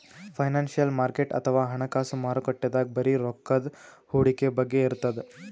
financial market ಅಥವಾ ಹಣಕಾಸ್ ಮಾರುಕಟ್ಟೆದಾಗ್ ಬರೀ ರೊಕ್ಕದ್ ಹೂಡಿಕೆ ಬಗ್ಗೆ ಇರ್ತದ್